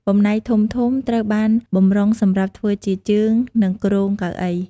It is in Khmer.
បំណែកធំៗត្រូវបានបម្រុងសម្រាប់ធ្វើជាជើងនិងគ្រោងកៅអី។